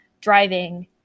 Driving